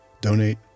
donate